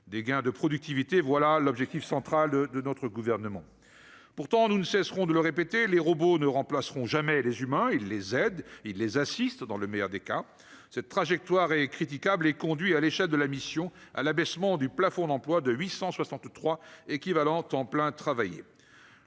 des gains de productivité, voilà l'objectif central de notre gouvernement, pourtant, nous ne cesserons de le répéter : les robots ne remplaceront jamais les humains, ils les aident et les assistent, dans le meilleur des cas, cette trajectoire est critiquable et conduit à l'échec de la mission à l'abaissement du plafond d'emplois de 863 équivalents temps plein travaillés,